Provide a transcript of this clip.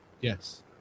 Yes